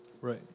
Right